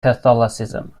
catholicism